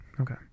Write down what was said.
Okay